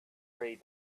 three